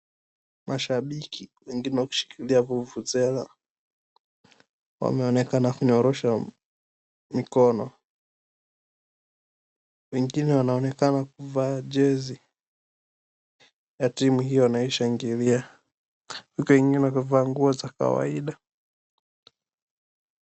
Mashabiki wengine wakishikilia vuvuzela wameonekana kunyorosha mikono. Wengine wanaonekana kuvaa jezi ya timu hio wanaishangilia, huku wengine kuvaa nguo za kawaida.